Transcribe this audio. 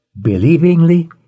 believingly